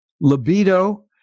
libido